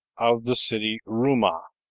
of the city rumah.